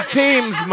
teams